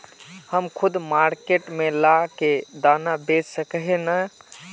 हम खुद मार्केट में ला के दाना बेच सके है नय?